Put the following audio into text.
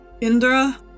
Indra